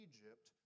Egypt